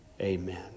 Amen